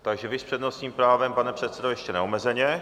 Takže vy s přednostním právem, pane předsedo, ještě neomezeně.